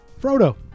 Frodo